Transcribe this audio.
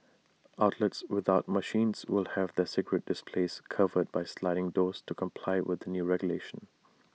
outlets without machines will have their cigarette displays covered by sliding doors to comply with the new regulations